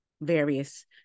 various